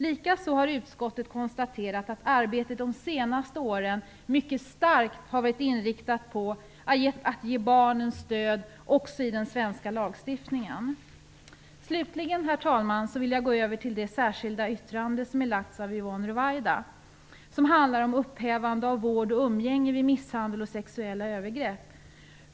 Likaså har utskottet konstaterat att arbetet de senaste åren mycket starkt har varit inriktat på att ge barnen stöd också i den svenska lagstiftningen. Slutligen, herr talman, vill jag gå över till det särskilda yttrande som gjorts av Yvonne Ruwaida. Det handlar om upphävande av vårdnad och umgänge vid misshandel och sexuella övergrepp.